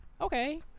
Okay